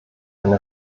eine